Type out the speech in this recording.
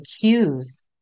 cues